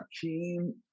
team